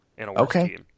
Okay